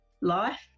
life